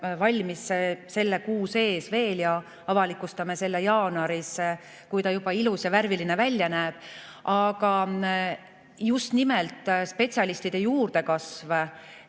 valmis veel selle kuu sees ja me avalikustame selle jaanuaris, kui ta juba ilus ja värviline välja näeb. Aga just nimelt spetsialistide juurdekasv,